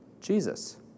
Jesus